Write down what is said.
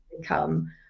become